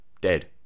dead